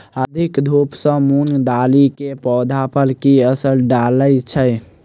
अधिक धूप सँ मूंग दालि केँ पौधा पर की असर डालय छै?